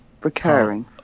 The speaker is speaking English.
recurring